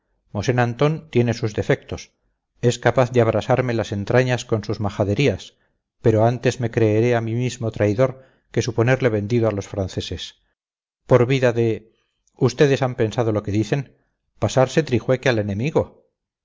mosén antón tiene sus defectos es capaz de abrasarme las entrañas con sus majaderías pero antes me creeré a mí mismo traidor que suponerle vendido a los franceses por vida de ustedes han pensado bien lo que dicen pasarse trijueque al enemigo